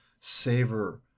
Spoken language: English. savor